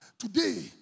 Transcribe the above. Today